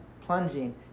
plunging